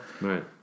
Right